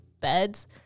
beds